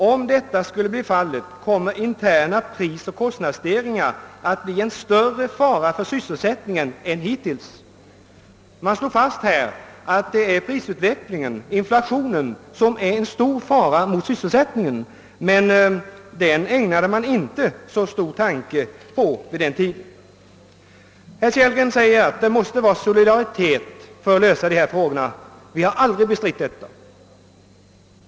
Om detta skulle bli fallet kommer interna prisoch kostnadsstegringar att bli en större fara för sysselsättningen än hittills.» Man slår fast här att det är prisutvecklingen, inflationen, som är en stor fara för sysselsättningen, men den ägnade regeringen inte någon större tanke vid den tiden. Herr Kellgren säger att det måste vara solidaritet för att lösa dessa frågor. Vi har aldrig bestridit detta.